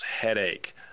headache